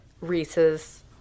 Reese's